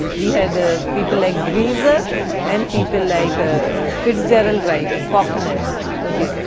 we had ah people like dreiser and people like ah fitzgerald writing, faulkner ok,